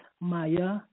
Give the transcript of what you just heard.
Maya